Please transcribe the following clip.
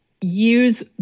use